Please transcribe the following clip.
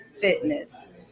fitness